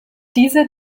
diese